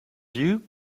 you